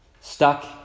stuck